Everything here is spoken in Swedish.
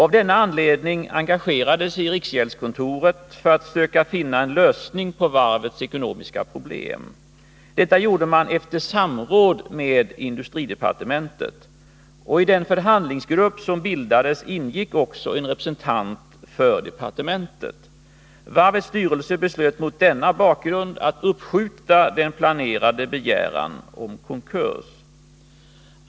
Av denna anledning engagerade sig riksgäldskontoret för att söka finna en lösning på varvets ekonomiska problem. Detta skedde efter samråd med industridepartementet. I den förhandlingsgrupp som bildades ingick också en representant för departementet. Varvet beslöt mot denna bakgrund att uppskjuta den planerade begäran om konkurs.